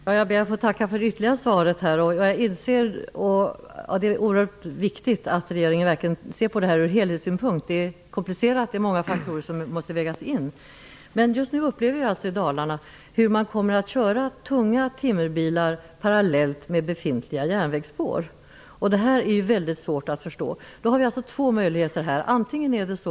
Fru talman! Jag tackar för det ytterligare svar jag fick. Jag inser att det är oerhört viktigt att regeringen ser på detta problem ur en helhetssynvinkel. Det är komplicerat, och det är många faktorer som måste vägas in. Men i Dalarna kommer man nu att få uppleva hur tunga timmerbilar kommer att köras parallellt med befintliga järnvägsspår. Det är mycket svårt att förstå. Det finns två tänkbara möjligheter till detta.